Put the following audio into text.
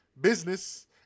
business